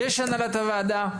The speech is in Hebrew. יש את הנהלת הוועדה,